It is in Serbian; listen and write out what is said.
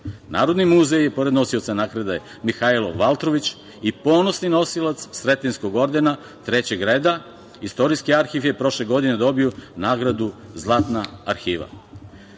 Narodni muzej, pored nosioca nagrade "Mihailo Valtrović" i ponosni nosilac Sretenjskog ordena III reda, Istorijski arhiv je prošle godine dobio nagradu "Zlatna arhiva".Na